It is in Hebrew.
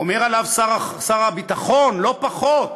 אומר עליו שר הביטחון, לא פחות: